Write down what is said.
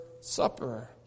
supper